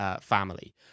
family